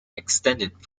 extended